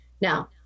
Now